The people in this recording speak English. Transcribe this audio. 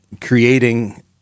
creating